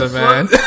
man